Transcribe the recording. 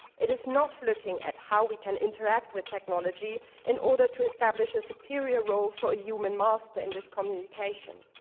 it is not looking at how we can interact with technology in order to establish a superior role for a human master in this communication.